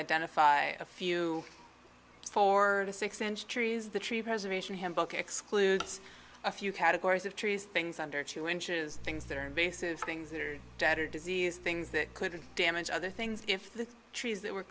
identify a few four to six inch trees the tree preservation hymn book excludes a few categories of trees things under two inches things that are invasive things that are tattered diseased things that could damage other things if the trees that were